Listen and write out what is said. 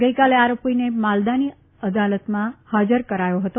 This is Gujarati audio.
ગઈકાલે આરોપીને માલદાની અદાલતમાં ફાજર કરાયો ફતો